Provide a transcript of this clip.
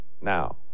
Now